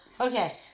Okay